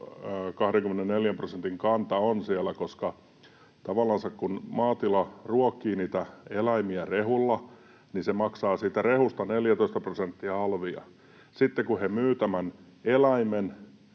24 prosentin kanta on siellä, koska tavallansa, kun maatila ruokkii niitä eläimiä rehulla, se maksaa siitä rehusta 14 prosenttia alvia. Siinä vaiheessa, kun he myyvät tämän eläimen